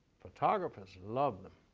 photographers love them.